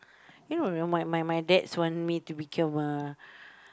you know my my my dad want me to become a